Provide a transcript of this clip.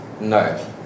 No